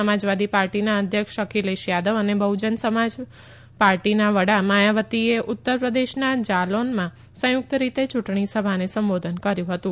સમાજવાદી પાર્ટીના અધ્યક્ષ અખિલેશ યાદવ અને બહ્જન સમાજ પાર્ટીના વડા માયાવતીએ ઉત્તર પ્રદેશના જાલોન સંયુકત રીતે યુંટણી સભાને સંબોધન કર્યુ હતું